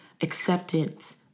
acceptance